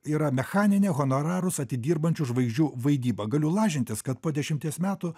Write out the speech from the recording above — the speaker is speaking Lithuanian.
yra mechaninė honorarus atidirbančių žvaigždžių vaidyba galiu lažintis kad po dešimties metų